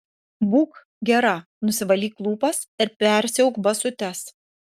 būk gera nusivalyk lūpas ir persiauk basutes